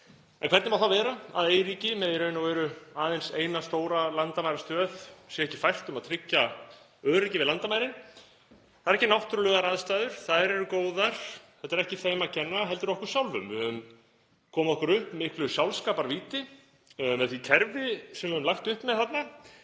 En hvernig má það vera að eyríki með í raun og veru aðeins eina stóra landamærastöð sé ekki fært um að tryggja öryggi við landamærin? Það er ekki vegna náttúrulegra aðstæðna, þær eru góðar. Þetta eru ekki þeim að kenna, heldur okkur sjálfum. Við höfum komið okkur upp miklu sjálfskaparvíti með því kerfi sem höfum lagt upp með þarna.